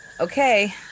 okay